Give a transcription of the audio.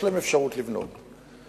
יש להם אפשרות לבנות.